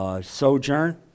sojourn